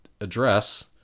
address